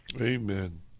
Amen